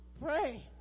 Pray